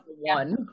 One